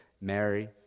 Mary